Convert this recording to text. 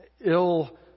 ill